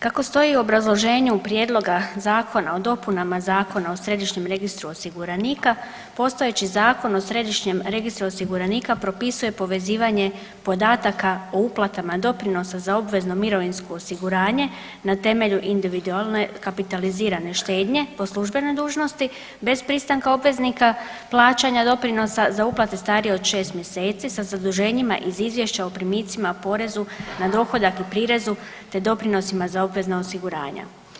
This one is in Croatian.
Kako stoji u obrazloženju Prijedloga zakona o dopunama Zakona o Središnjem registru osiguranika, postojeći Zakon o Središnjem registru osiguranika propisuje povezivanje podataka o uplatama doprinosa za obvezno mirovinsko osiguranje na temelju individualne kapitalizirane štednje, po službenoj dužnosti bez pristanka obveznika plaćanja doprinosa za uplate starije od 6 mjeseci, sa zaduženjima iz Izvješća o primicima o porezu na dohodak i prirezu te doprinosima za obvezna osiguranja.